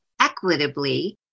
equitably